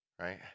right